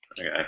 Okay